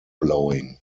blowing